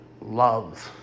loves